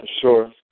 sure